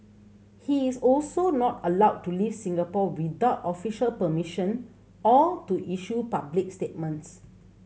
he is also not allowed to leave Singapore without official permission or to issue public statements